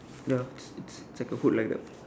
ya it's like a hood like that